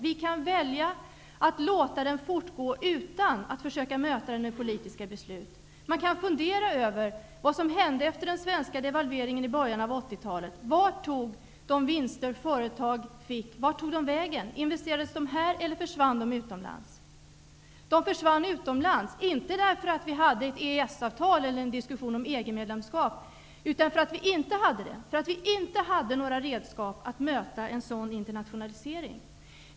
Vi kan välja att låta den fortgå utan att försöka möta den med politiska beslut. Man kan fundera över vad som hände efter den svenska devalveringen i början av 80-talet. Vart tog de vinster företagen fick vägen? Investerades de här, eller försvann de utomlands? De försvann utomlands, inte därför att vi hade ett EES-avtal eller en diskussion om EG-medlemskap, utan därför att vi inte hade det. Vi hade inte några redskap att möta en sådan internationalisering.